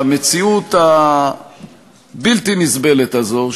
והמציאות הבלתי-נסבלת הזו,